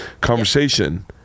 conversation